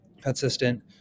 Consistent